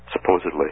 supposedly